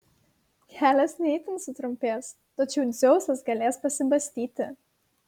kelias ne itin sutrumpės tačiau dzeusas galės pasibastyti